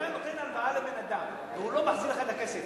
אתה נותן הלוואה לבן-אדם והוא לא מחזיר לך את הכסף,